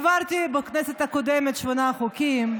העברתי בכנסת הקודמת שמונה חוקים,